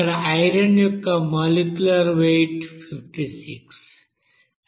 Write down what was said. ఇక్కడ ఐరన్ యొక్క molecular weight 56